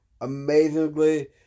amazingly